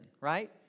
right